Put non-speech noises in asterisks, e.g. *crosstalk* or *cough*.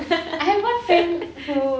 *laughs*